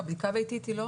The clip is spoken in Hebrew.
לא, בדיקה ביתית היא לא